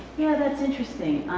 yeah, that's interesting.